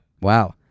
Wow